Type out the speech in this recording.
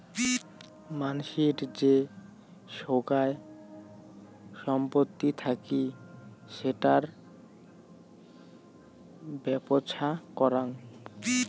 মানসির যে সোগায় সম্পত্তি থাকি সেটার বেপ্ছা করাং